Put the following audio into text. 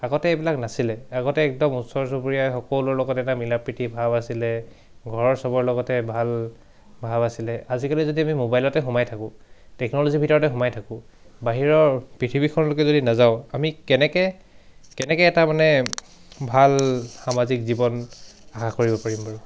আগতে এইবিলাক নাছিলে আগতে একদম ওচৰ চুবুৰীয়াই সকলোৰে লগতে এটা মিলাপ্ৰীতি ভাৱ আছিলে ঘৰৰ চবৰ লগতে ভাল ভাৱ আছিলে আজিকালি যদি আমি মোবাইলতে সোমাই থাকোঁ টেকন'লজিৰ ভিতৰতে সোমাই থাকোঁ বাহিৰৰ পৃথিৱীখনলৈকে যদি নাযাওঁ আমি কেনেকৈ কেনেকৈ এটা মানে ভাল সামাজিক জীৱন আশা কৰিব পাৰিম বাৰু